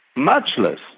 much less,